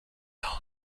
all